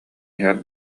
иһэр